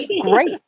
great